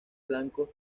blancos